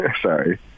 Sorry